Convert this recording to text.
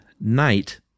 night